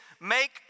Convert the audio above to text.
make